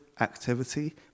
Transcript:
activity